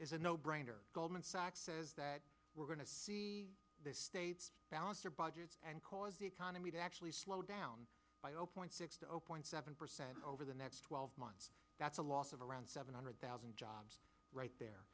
is a no brainer goldman sachs says that we're going to see the states balance their budget and cause the economy to actually slow down by zero point six to zero point seven percent over the next twelve months that's a loss of around seven hundred thousand jobs right there